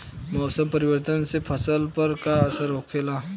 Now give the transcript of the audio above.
मौसम परिवर्तन से फसल पर का असर होखेला?